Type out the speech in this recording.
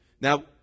Now